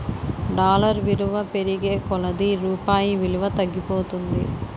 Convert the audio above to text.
dollar విలువ పెరిగే కొలది రూపాయి విలువ తగ్గిపోతుంది